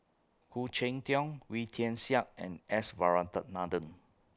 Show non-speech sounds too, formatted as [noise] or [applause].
Khoo Cheng Tiong Wee Tian Siak and S Varathan [unintelligible]